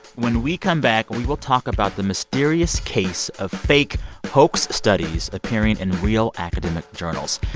when we come back, we will talk about the mysterious case of fake hoax studies appearing in real academic journals.